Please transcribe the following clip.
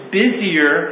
busier